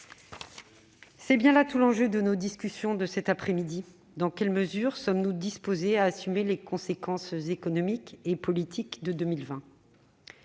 c'est bien là tout l'enjeu de nos discussions de cette après-midi : dans quelle mesure sommes-nous disposés à assumer les conséquences économiques et politiques de